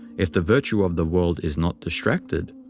if the virtue of the world is not distracted,